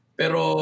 pero